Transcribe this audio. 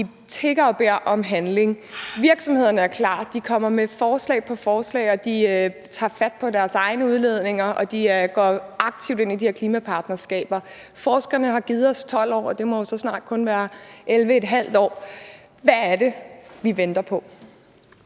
de tigger og beder om handling. Virksomhederne er klar; de kommer med forslag på forslag, de tager fat på deres egne udledninger, og de går aktivt ind i de her klimapartnerskaber. Forskerne har givet os 12 år, og det må jo så snart kun være 11½ år. Hvad er det, vi venter på?